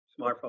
smartphone